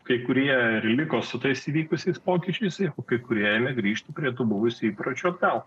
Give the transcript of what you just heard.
kai kurie liko su tais įvykusiais pokyčiais ir kai kurie ėmė grįžti prie to buvusio įpročio tau